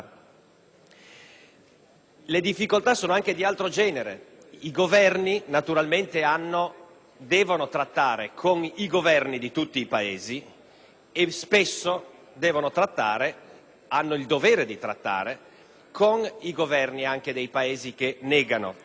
Le difficoltà sono anche di altro genere. I Governi naturalmente devono trattare con i Governi di tutti i Paesi e hanno il dovere di trattare anche con quelli dei Paesi che negano i diritti umani.